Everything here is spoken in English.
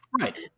Right